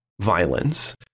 violence